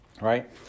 right